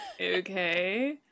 okay